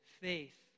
faith